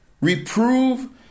Reprove